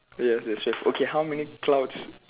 ya there's twelve okay how many clouds